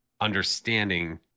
understanding